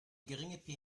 geringe